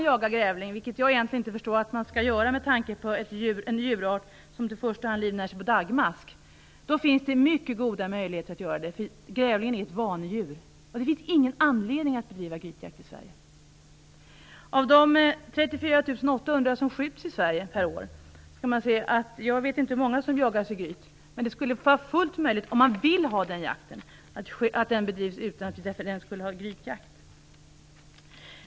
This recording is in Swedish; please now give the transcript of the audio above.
Jag förstår inte varför man skall jaga grävling, som är en djurart som i första hand livnär sig på daggmask. Men vill man ändå jaga grävling finns det mycket goda möjligheter att göra det på något annat sätt. Grävlingen är nämligen ett vanedjur. Det finns ingen anledning att bedriva grytjakt i Sverige. Av de 34 800 grävlingar som skjuts per år i Sverige kan jag inte säga hur många som har jagats i gryt. Om man nu vill ha grävlingsjakt är det fullt möjligt att bedriva den på annat sätt än med grytjakt.